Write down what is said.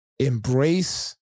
embrace